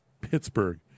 Pittsburgh